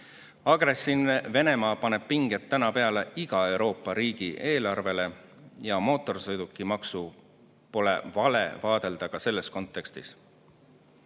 Agressiivne Venemaa paneb pinged peale iga Euroopa riigi eelarvele ja mootorsõidukimaksu pole vale vaadelda ka selles kontekstis.